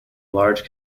large